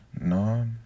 No